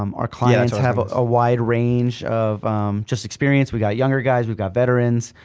um our clients have a ah wide range of just experience. we've got younger guys, we've got veterans,